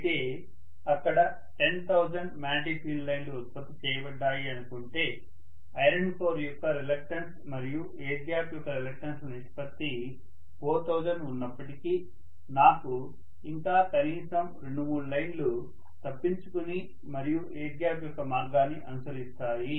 అయితే అక్కడ 10000 magnetic field లైన్లు ఉత్పత్తి చేయబడ్డాయి అనుకుంటే ఐరన్ కోర్ యొక్క రిలక్ట్రన్స్ మరియు ఎయిర్ గ్యాప్ యొక్క రిలక్ట్రన్స్ ల నిష్పత్తి 4000 ఉన్నప్పటికీ నాకు ఇంకా కనీసం 2 3 లైన్లు తప్పించుకొని మరియు ఎయిర్ గ్యాప్ యొక్క మార్గాన్ని అనుసరిస్తాయి